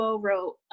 wrote